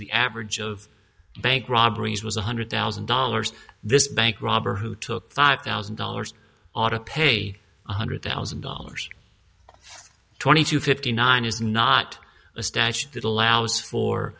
the average of bank robberies was one hundred thousand dollars this bank robber who took five thousand dollars ought to pay one hundred thousand dollars twenty two fifty nine is not a statute that allows for